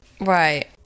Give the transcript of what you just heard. Right